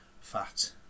fat